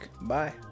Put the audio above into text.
Bye